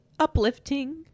uplifting